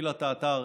שהפעילה את האתר,